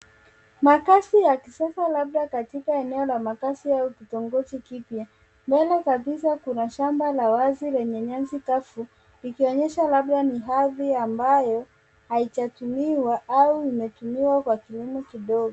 Makazi ya kisasa labda katika eneo la makazi au kitongoji kipya. Mbele kabisa kuna shamba la wazi lenye nyasi kavu likionyesha labda ni ardhi ambayo haijatumiwa au imetumiwa kwa kilimo kidogo.